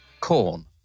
Corn